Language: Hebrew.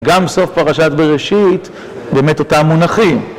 גם סוף פרשת בראשית באמת אותם מונחים